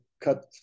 cut